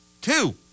Two